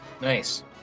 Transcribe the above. Nice